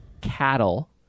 cattle